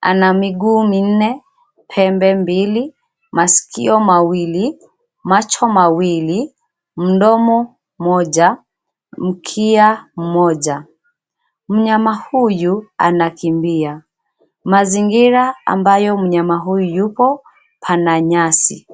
Ana miguu minne, pembe mbili, maskio mawili, macho mawili, mdomo moja, mkia mmoja . Mnyama huyu anakimbia. Mazingira ambayo mnyama huyu yupo pana nyasi.